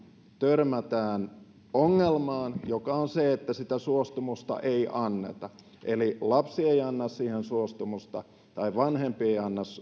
törmätään ongelmaan joka on se että sitä suostumusta ei anneta eli lapsi ei anna siihen suostumusta tai vanhempi ei ei anna